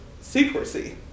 secrecy